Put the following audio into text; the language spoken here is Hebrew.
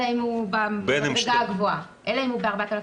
אלא אם הוא במדרגה הגבוהה, ב-4,500.